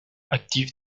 actif